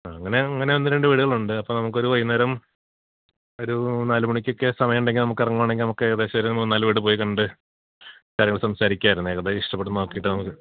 ആ അങ്ങനെ അങ്ങനെ ഒന്ന് രണ്ട് വീടുകൾ ഉണ്ട് അപ്പോൾ നമുക്കൊരു വൈകുന്നേരം ഒരു നാലുമണിക്കൊക്കെ സമയം ഉണ്ടെങ്കിൽ നമുക്ക് ഇറങ്ങുകയാണെങ്കിൽ നമുക്ക് ഏകദേശം ഒരു മൂന്ന് നാല് വീട് പോയി കണ്ട് കാര്യങ്ങൾ സംസാരിക്കാമായിരുന്നു ഏതാണ് ഇഷ്ടപ്പെട്ടത് നോക്കിയിട്ട് നമുക്ക്